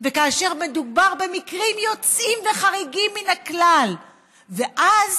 וכאשר מדובר במקרים יוצאים מן הכלל וחריגים, ואז